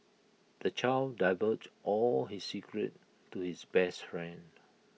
the child divulged all his secrets to his best friend